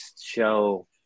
show